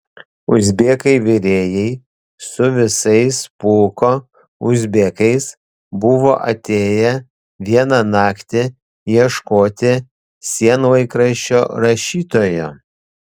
uzbekai virėjai su visais pulko uzbekais buvo atėję vieną naktį ieškoti sienlaikraščio rašytojo